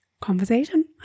conversation